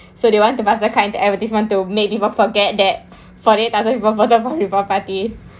so do you want to pass the kind to advertisement to make people forget that forty eight people voted for reform party